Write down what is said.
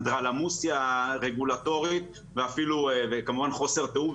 אנדרלמוסיה רגולטורית וכמובן גם הרבה מאוד חוסר תאום,